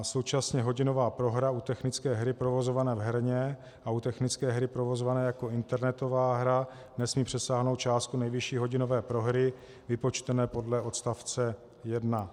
Současně hodinová prohra u technické hry provozované v herně a u technické hry provozované jako internetová hra nesmí přesáhnout částku nejvyšší hodinové prohry vypočtené podle odstavce 1.